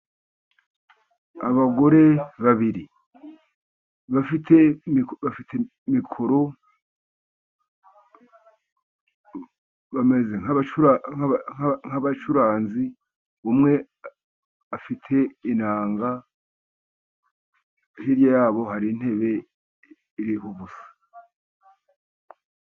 Abagore babiri. Bafite mikoro, bameze nk'abacuranzi, umwe afite inanga, hirya ya bo hari intebe iriho ubusa.